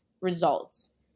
results